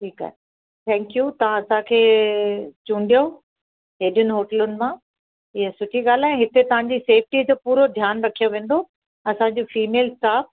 ठीकु आहे थैकयू तव्हां असांखे चूंडियो हेॾिन होटलुनि मां हीअ सुठी ॻाल्हि आहे हिते तव्हांजी सेफ़्टी जो पूरो ध्यानु रखियो वेंदो असां जूं फ़ीमेल स्टाफ़